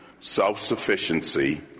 self-sufficiency